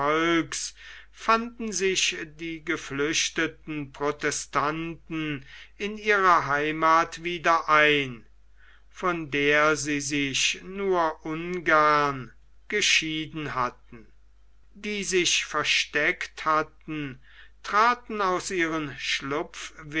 fanden sich die geflüchteten protestanten in ihrer heimath wieder ein von der sie sich nur ungern geschieden hatten die sich versteckt hatten traten aus ihren